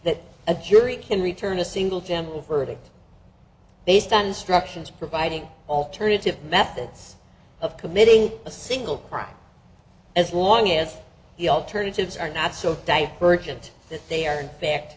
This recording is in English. that a jury can return a single general verdict based on instructions providing alternative methods of committing a single crime as long as the alternatives are not so divergent that they are fact